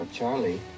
Charlie